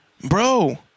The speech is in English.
bro